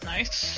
Nice